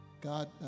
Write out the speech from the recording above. God